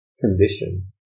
condition